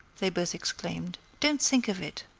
they both exclaimed. don't think of it.